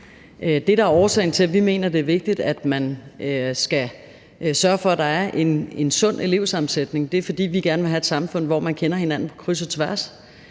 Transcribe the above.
Det, der er årsagen til, at vi mener, det er vigtigt, at man skal sørge for, at der er en sund elevsammensætning, er, at vi gerne vil have et samfund, hvor man kender hinanden på kryds og tværs.